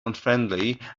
unfriendly